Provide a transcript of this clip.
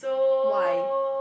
why